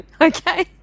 Okay